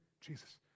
Jesus